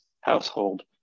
household